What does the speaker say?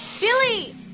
Billy